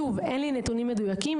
שוב, אין לי נתונים מדויקים.